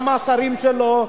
גם השרים שלו,